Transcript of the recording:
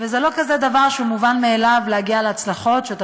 וזה לא דבר שהוא מובן מאליו להגיע להצלחות שאתה